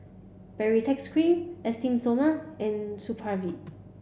Baritex cream Esteem Stoma and Supravit